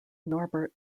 norbert